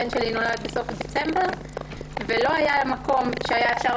הבן שלי נולד בסוף דצמבר ולא היה מקום שאפשר היה